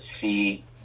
see